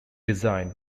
design